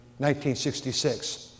1966